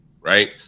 right